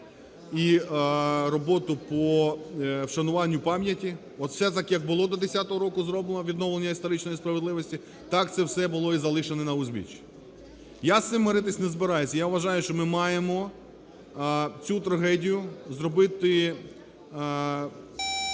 і роботу по вшануванню пам'яті. От все так, як було до 2010 року зроблено відновлення історичної справедливості, так це все було і залишене на узбіччі. Я з цим миритися на збираюся, я вважаю, що ми маємо цю трагедію зробити